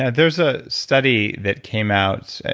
and there's a study that came out,